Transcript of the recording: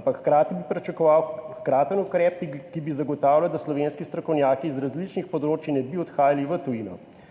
ampak hkrati bi pričakoval hkraten ukrep, ki bi zagotavljal, da slovenski strokovnjaki z različnih področij ne bi odhajali v tujino.